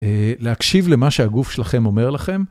להקשיב למה שהגוף שלכם אומר לכם.